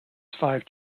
five